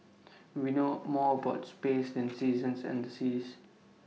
we know more about space than seasons and the seas